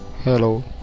Hello